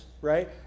right